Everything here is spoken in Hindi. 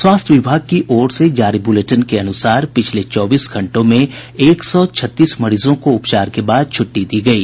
स्वास्थ्य विभाग की ओर से जारी बुलेटिन के अनुसार पिछले चौबीस घंटों में एक सौ छत्तीस मरीजों को उपचार के बाद छुट्टी दी गयी